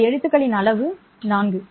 எனது எழுத்துக்களின் அளவு 4